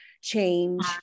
change